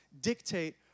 dictate